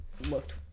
looked